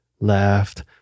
left